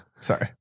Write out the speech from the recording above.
Sorry